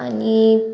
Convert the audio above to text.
आनी